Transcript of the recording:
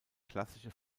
klassische